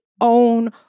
own